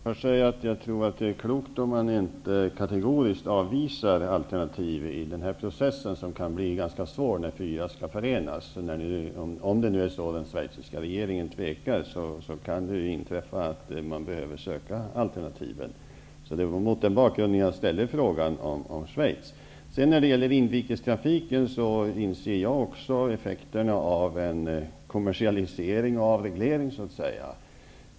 Herr talman! Jag tror att det är klokt om man inte kategoriskt avvisar olika alternativ i denna process -- som kan bli svår när fyra intressenter skall förenas. Om den schweiziska regeringen tvekar kan det innebära att alternativ måste sökas upp. Det är mot den bakgrunden som jag ställde frågan om Schweiz. Jag inser också effekterna för inrikestrafiken av kommersialisering och avreglering.